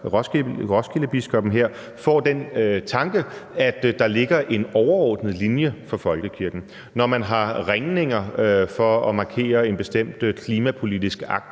Roskildebiskoppen her, får den tanke, at der ligger en overordnet linje for folkekirken. Når man har ringninger for at markere en bestemt klimapolitisk